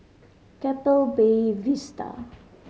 Keppel Bay Vista